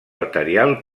arterial